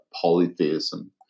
polytheism